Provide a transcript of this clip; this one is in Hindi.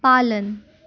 पालन